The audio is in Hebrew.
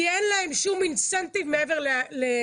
כי אין להם שם "אינסנטיב" מעבר לרווח.